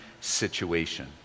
situation